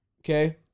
okay